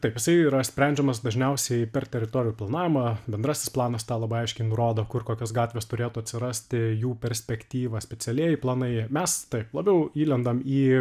taip jisai yra sprendžiamas dažniausiai per teritorijų planavimą bendrasis planas tą labai aiškiai nurodo kur kokios gatvės turėtų atsirasti jų perspektyva specialieji planai mes taip labiau įlendam į